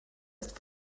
ist